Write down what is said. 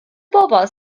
bobl